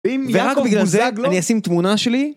ורק בגלל זה אני אשים תמונה שלי.